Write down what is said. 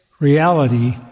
Reality